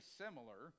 similar